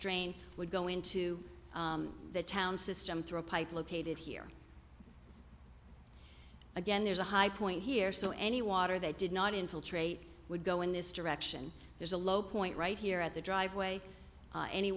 drain would go into the town system through a pipe located here again there's a high point here so any water they did not infiltrate would go in this direction there's a low point right here at the driveway